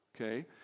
Okay